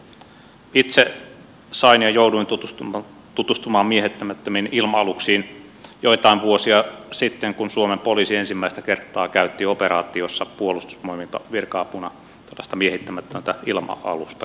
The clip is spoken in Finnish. itse sain ja jouduin tutustumaan miehittämättömiin ilma aluksiin joitain vuosia sitten kun suomen poliisi ensimmäistä kertaa käytti operaatiossa puolustusvoimilta virka apuna tällaista miehittämätöntä ilma alusta